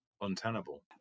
untenable